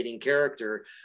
character